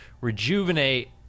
rejuvenate